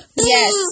Yes